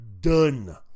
done